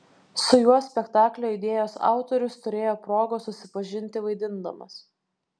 su juo spektaklio idėjos autorius turėjo progos susipažinti vaidindamas